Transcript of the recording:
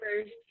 first